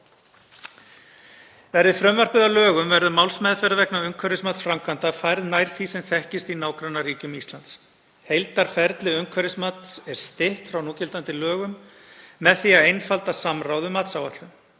Verði frumvarpið að lögum verður málsmeðferð vegna umhverfismats framkvæmda færð nær því sem þekkist í nágrannaríkjum Íslands. Heildarferli umhverfismats er stytt frá núgildandi lögum með því að einfalda samráð um matsáætlun.